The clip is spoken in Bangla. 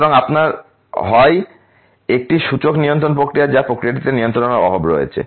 সুতরাং আপনার হয় হয় একটি সূচক নিয়ন্ত্রণ প্রক্রিয়া বা প্রক্রিয়াটিতে নিয়ন্ত্রণের অভাব রয়েছে